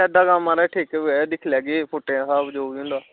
बड्डा कम्म म्हाराज ठेके पर दिक्खी लैगे फुटें दे स्हाब कन्नै होंदा